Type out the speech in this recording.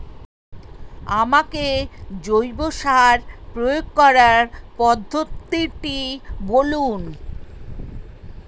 আমাকে জৈব সার প্রয়োগ করার পদ্ধতিটি বলুন?